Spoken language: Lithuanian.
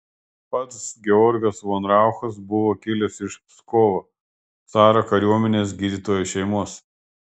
pats georgas von rauchas buvo kilęs iš pskovo caro kariuomenės gydytojo šeimos